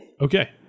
Okay